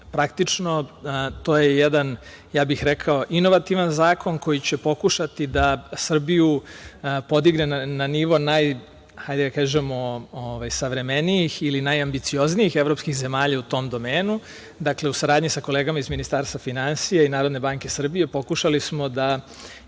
Praktično, to je jedan, ja bih rekao, inovativan zakon, koji će pokušati da Srbiju podigne na nivo, da tako kažemo, savremenijih ili najambicioznijih evropskih zemalja u tome domenu. Dakle, u saradnji sa kolegama iz Ministarstva finansija i Narodne banke Srbije, pokušali smo da